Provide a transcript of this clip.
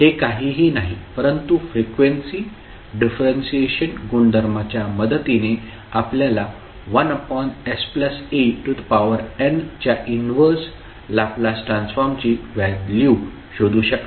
हे काहीही नाही परंतु फ्रिक्वेन्सी डिफरंशिएशन गुणधर्मच्या मदतीने आपल्याला 1san च्या इनव्हर्स लॅपलास ट्रान्सफॉर्मची व्हॅल्यू शोधू शकता